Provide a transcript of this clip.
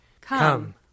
Come